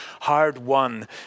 hard-won